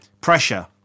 Pressure